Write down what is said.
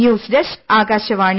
news desk Akashvani